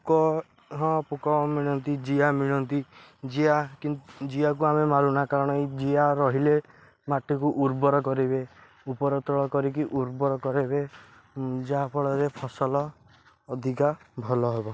ପୋକ ହଁ ପୋକ ମିଳନ୍ତି ଜିଆ ମିଳନ୍ତି ଜିଆ କି ଜିଆକୁ ଆମେ ମାରୁନା କାରଣ ଏଇ ଜିଆ ରହିଲେ ମାଟିକୁ ଉର୍ବର କରିବେ ଉର୍ବର ତଳ କରିକି ଉର୍ବର କରେଇବେ ଯାହାଫଳରେ ଫସଲ ଅଧିକା ଭଲ ହେବ